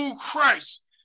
Christ